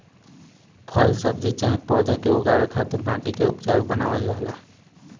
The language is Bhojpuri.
फल सब्जी चाहे पौधा के उगावे खातिर माटी के उपजाऊ बनावल जाला